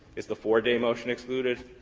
is the four day motion excluded?